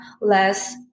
less